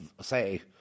say